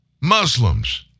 Muslims